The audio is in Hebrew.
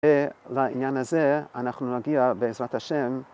ולעניין הזה אנחנו נגיע בעזרת ה'